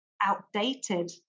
outdated